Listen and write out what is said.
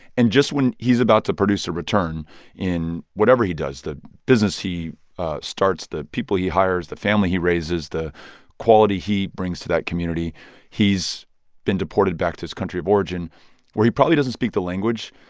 and just when he's about to produce a return in whatever he does the business he starts, the people he hires, the family he raises, the quality he brings to that community he's been deported back to his country of origin where he probably doesn't speak the language,